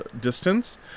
distance